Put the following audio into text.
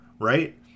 right